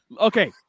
Okay